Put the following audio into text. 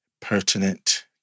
pertinent